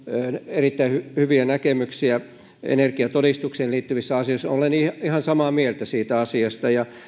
erittäin hyviä näkemyksiä energiatodistukseen liittyvissä asioissa olen ihan samaa mieltä siitä asiasta ja